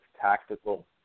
tactical